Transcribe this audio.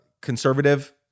conservative